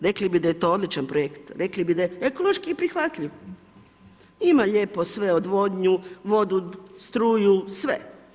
Rekli bi da je to odličan projekt, rekli bi ekološki je prihvatljiv, ima lijepo sve odvodnju, vodu, struju, sve.